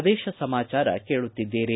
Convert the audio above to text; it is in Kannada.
ಪ್ರದೇಶ ಸಮಾಚಾರ ಕೇಳುತ್ತಿದ್ದೀರಿ